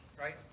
right